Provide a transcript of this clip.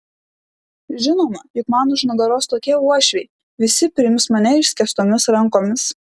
žinoma juk man už nugaros tokie uošviai visi priims mane išskėstomis rankomis